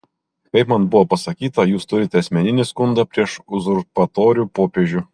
kaip man buvo pasakyta jūs turite asmeninį skundą prieš uzurpatorių popiežių